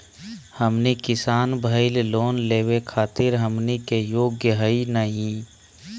हमनी किसान भईल, लोन लेवे खातीर हमनी के योग्य हई नहीं?